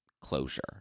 closure